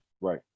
Right